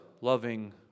loving